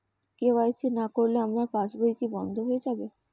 KYC না করলে আমার পাশ বই কি বন্ধ হয়ে যাবে?